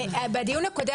הדוגמה הכי